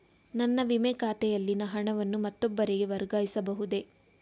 ನನ್ನ ವಿಮೆ ಖಾತೆಯಲ್ಲಿನ ಹಣವನ್ನು ಮತ್ತೊಬ್ಬರಿಗೆ ವರ್ಗಾಯಿಸ ಬಹುದೇ?